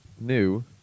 new